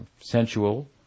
sensual